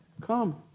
come